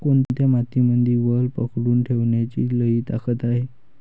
कोनत्या मातीमंदी वल पकडून ठेवण्याची लई ताकद हाये?